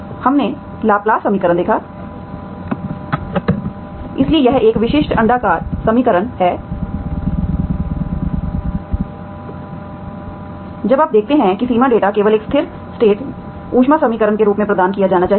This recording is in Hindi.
और हमने लाप्लास समीकरण देखा है इसलिए यह एक विशिष्ट अण्डाकार समीकरण है जब आप देखते हैं कि सीमा डेटा केवल एक स्थिर स्टेट ऊष्मा समीकरण के रूप में प्रदान किया जाना चाहिए